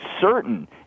certain